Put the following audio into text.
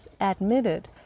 admitted